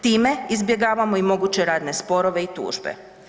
Time izbjegavamo i moguće radne sporove i tužbe.